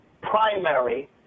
primary